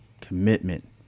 commitment